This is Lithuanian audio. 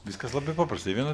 viskas labai paprastai į vieną